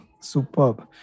superb